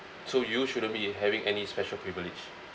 so you shouldn't be having any special privilege